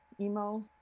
emo